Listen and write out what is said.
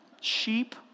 sheep